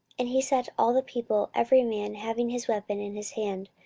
and he set all the people, every man having his weapon in his hand,